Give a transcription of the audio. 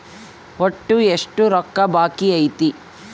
ಒಟ್ಟು ಎಷ್ಟು ರೊಕ್ಕ ಬಾಕಿ ಐತಿ?